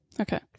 Okay